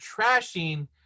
trashing